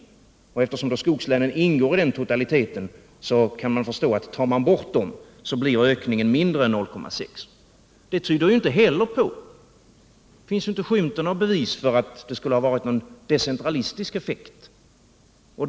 Eftersom skogslänen ingår i den totaliteten måste ökningen för resten av landet vara mindre än 0,6 26. Det tyder inte heller på att regeringens politik fått någon decentralistisk effekt. Det finns inte skymten av bevis för det.